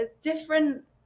different